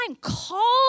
Call